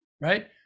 Right